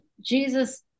Jesus